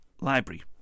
library